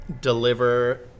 deliver